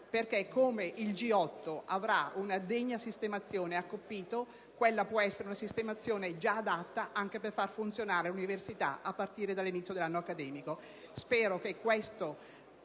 visto che il G8 avrà una degna sistemazione a Coppito, quella può essere una sistemazione già data anche per far funzionare l'università a partire dall'inizio del prossimo anno accademico.